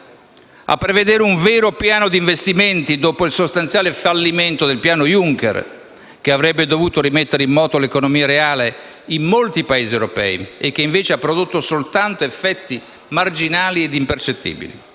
A prevedere un vero piano di investimenti dopo il sostanziale fallimento del piano Juncker, che avrebbe dovuto rimettere in moto l'economia reale in molti Paesi europei e che invece ha prodotto soltanto effetti marginali, impercettibili?